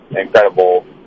incredible